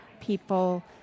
People